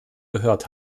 gehört